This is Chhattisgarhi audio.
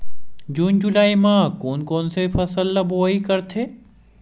जून जुलाई म कोन कौन से फसल ल बोआई करथे?